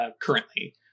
currently